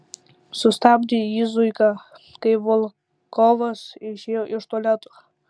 sustabdė jį zuika kai volkovas išėjo iš tualeto